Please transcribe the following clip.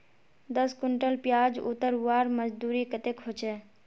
दस कुंटल प्याज उतरवार मजदूरी कतेक होचए?